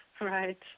right